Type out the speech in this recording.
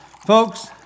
Folks